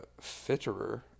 Fitterer